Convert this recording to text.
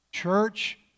church